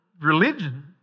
religion